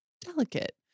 delicate